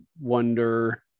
wonder